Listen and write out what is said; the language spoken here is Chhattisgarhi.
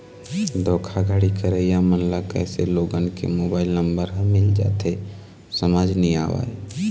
धोखाघड़ी करइया मन ल कइसे लोगन के मोबाईल नंबर ह मिल जाथे समझ नइ आवय